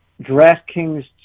DraftKings